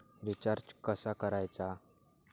Recharge कसा करायचा?